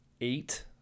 eight